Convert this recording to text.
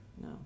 No